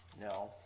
No